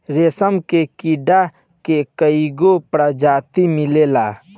रेशम के कीड़ा के कईगो प्रजाति मिलेला